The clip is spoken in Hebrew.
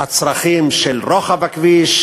הצרכים של רוחב הכביש,